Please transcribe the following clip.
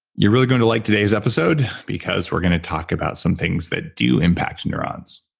you're really going to like today's episode because we're going to talk about some things that do impact neurons.